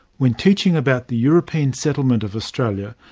when teaching about the european settlement of australia,